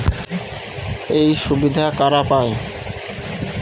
এই সুবিধা কারা পায়?